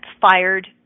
fired